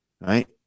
Right